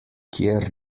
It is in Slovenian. kjer